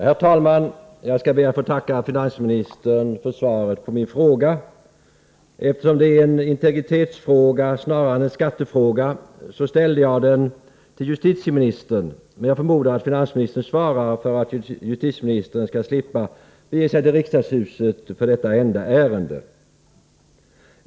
Herr talman! Jag skall be att få tacka finansministern för svaret på min fråga. Eftersom frågan är en integritetsfråga snarare än en skattefråga ställde jag den till justitieministern, men jag förmodar att finansminstern svarar för att justitieministern skall slippa bege sig till riksdagshuset för detta enda ärende.